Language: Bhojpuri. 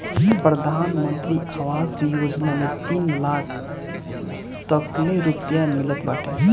प्रधानमंत्री आवास योजना में तीन लाख तकले रुपिया मिलत बाटे